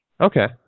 okay